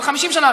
אבל 50 שנה,